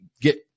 get